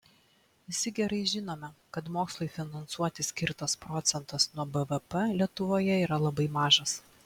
visi gerai žinome kad mokslui finansuoti skirtas procentas nuo bvp lietuvoje yra labai mažas